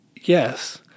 yes